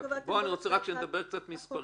פה אני רוצה שנדבר קצת רק במספרים,